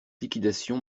liquidation